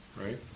right